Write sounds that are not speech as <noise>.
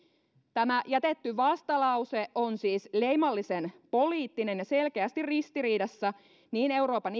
tämä jätetty vastalause on siis leimallisen poliittinen ja selkeästi ristiriidassa niin euroopan <unintelligible>